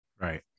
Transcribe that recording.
right